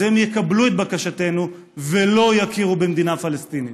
אז הם יקבלו את בקשתנו ולא יכירו במדינה פלסטינית.